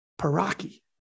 Paraki